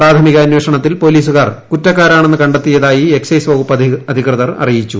പ്രാഥമിക അന്വേഷണത്തിൽ പോലീസുകാർ കുറ്റക്കാരാണെന്ന് കണ്ടെത്തിയതായി ഏക്ക്ഐസ് വകുപ്പ് അധികൃതർ അറിയിച്ചു